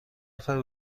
نفر